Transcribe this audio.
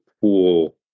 pool